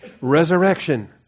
resurrection